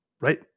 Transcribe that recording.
Right